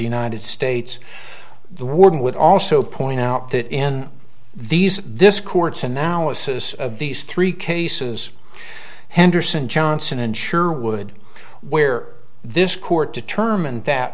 united states the warden would also point out that in these this court's analysis of these three cases henderson johnson insurer would wear this court determined that